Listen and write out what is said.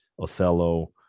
Othello